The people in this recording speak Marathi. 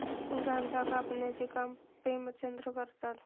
गांजा कापण्याचे काम प्रेमचंद करतात